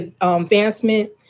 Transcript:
advancement